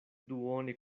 duone